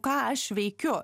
ką aš veikiu